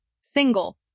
single